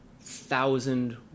thousand